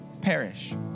perish